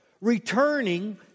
Returning